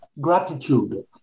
Gratitude